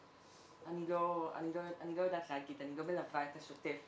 אני לא יודעת להגיד, אני לא מלווה את השוטף.